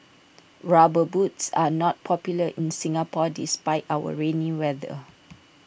rubber boots are not popular in Singapore despite our rainy weather